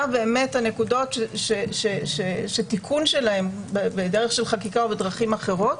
מהן הנקודות שתיקון שלהן בדרך של חקיקה או בדרכים אחרות